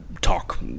talk